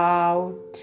out